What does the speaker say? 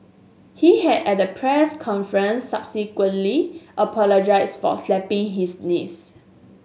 he had at a press conference subsequently apologised for slapping his niece